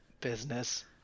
business